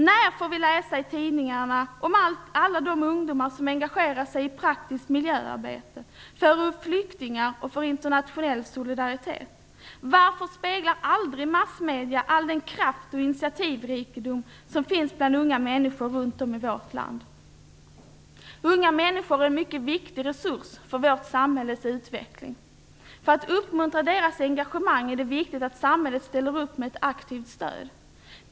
När får vi läsa i tidningarna om alla de ungdomar som engagerar sig i praktiskt miljöarbete, för flyktingar och för internationell solidaritet? Varför speglar aldrig massmedierna all den kraft och initiativrikedom som finns bland unga människor runt om i vårt land? Unga människor är en mycket viktig resurs för vårt samhälles utveckling. För att uppmuntra deras engagemang är det viktigt att samhället ställer upp med ett aktivt stöd.